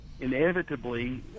Inevitably